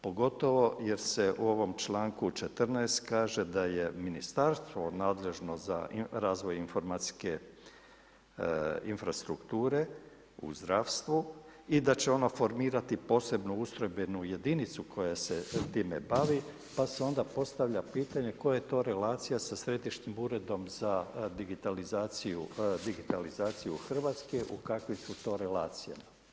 Pogotovo jer se u ovom čl. 14. kaže da je Ministarstvo nadležno za razvoj informacijske infrastrukture u zdravstvu i da će ono formirati posebnu ustrojbenu jedinicu koja se time bavi, pa se onda postavlja pitanje koja je to relacija sa središnjim uredom za digitalizaciju Hrvatske, u kakvim su to relacijama?